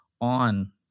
on